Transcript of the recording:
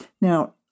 Now